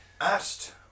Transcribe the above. Asked